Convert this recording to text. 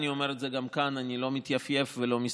אני אומר את זה גם כאן: אני לא מתייפייף ולא מסתתר.